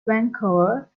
vancouver